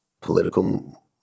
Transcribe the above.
political